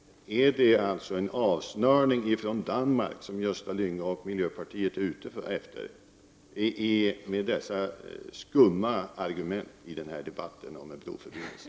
Är det alltså en avsnörning från Danmark som Gösta Lyngå och miljöpartiet vill ha med dessa skumma argument i debatten om en broförbindelse?